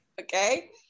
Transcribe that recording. Okay